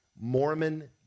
Mormon